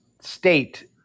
state